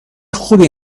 خوبی